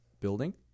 building